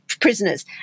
prisoners